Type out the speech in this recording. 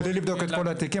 בלי לבדוק את כל התיקים,